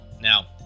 Now